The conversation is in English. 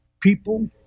People